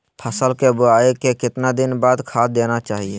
फसल के बोआई के कितना दिन बाद खाद देना चाइए?